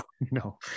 No